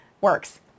works